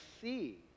see